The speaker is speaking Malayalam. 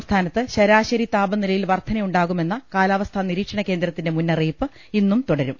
സംസ്ഥാനത്ത് ശരാശരി താപനിലയിൽ വർധനയുണ്ടാകുമെന്ന കാലാവസ്ഥാ നിരീക്ഷണ കേന്ദ്രത്തിന്റെ മുന്നറിയിപ്പ് ഇന്നും തുട രും